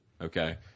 Okay